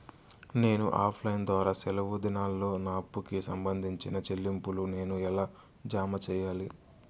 నేను offline ద్వారా సెలవు దినాల్లో నా అప్పుకి సంబంధించిన చెల్లింపులు నేను ఎలా జామ సెయ్యాలి?